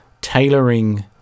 tailoring